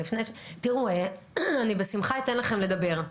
תראו, אני בשמחה אתן לכם לדבר,